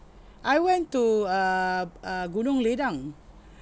I went to um uh gunung ledang